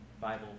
Bible